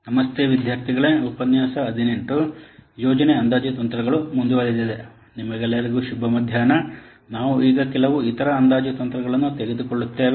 ನಿಮ್ಮೆಲ್ಲರಿಗೂ ಶುಭ ಮಧ್ಯಾಹ್ನ ನಾವು ಈಗ ಕೆಲವು ಇತರ ಅಂದಾಜು ತಂತ್ರಗಳನ್ನು ತೆಗೆದುಕೊಳ್ಳುತ್ತೇವೆ